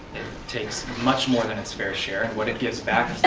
takes much more than its fair share, and what it gives back